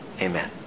Amen